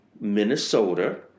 Minnesota